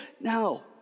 No